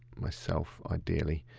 myself, ideally.